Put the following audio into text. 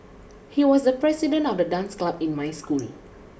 he was the president of the dance club in my school